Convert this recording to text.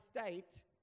state